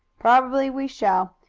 probably we shall.